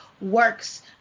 Works